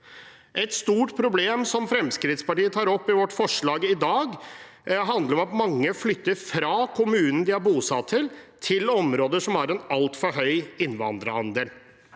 Et stort problem som Fremskrittspartiet tar opp i vårt forslag i dag, handler om at mange flytter fra kommunen de er bosatt i, til områder som har en altfor høy innvandrerandel.